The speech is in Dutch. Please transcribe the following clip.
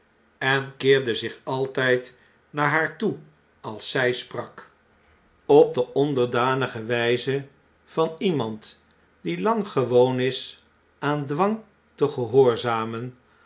en keerde zich altgd naar haar toe als zg sprak op de onderdanige wijze van iemand die lang gewoon is aan dwang te gehoorzamen